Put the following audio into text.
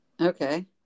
Okay